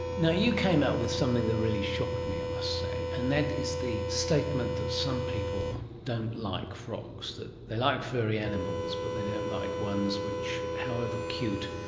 yeah you came out with something that really shocked me, i must say, and that is the statement that some people don't like frogs, that they like furry animals but they don't like ones which, however cute,